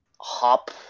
hop